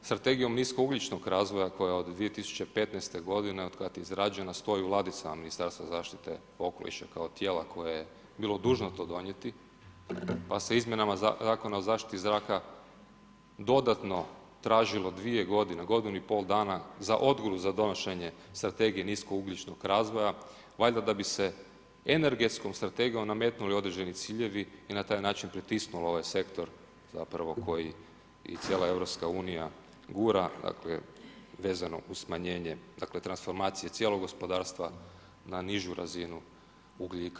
Strategija nisko ugljičnog razvoja koja od 2015. g. otkad je izrađena stoji u ladicama Ministarstva zaštite okoliša kao tijela koje je bilo dužno to donijeti, pa se izmjenama zakona o zaštiti zraka dodatno tražilo 2 g., godinu i pol dana za odgodu za donošenje strategije nisko ugljičnog razvoja valjda da bi se energetskom strategijom nametnuli određeni ciljevi i na taj način pritisnulo ovaj sektor zapravo koji i cijela EU gura dakle, vezano uz smanjenje transformacije cijelog gospodarstva na nižu razinu ugljika.